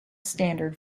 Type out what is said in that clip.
standard